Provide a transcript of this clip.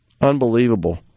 Unbelievable